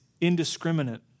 indiscriminate